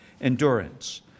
endurance